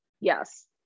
yes